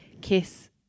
kiss